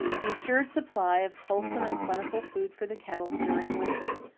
the assured supply of wholesome and plentiful food for the cattle during winter,